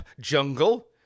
Jungle